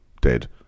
dead